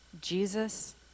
Jesus